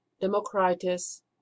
Democritus